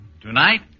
Tonight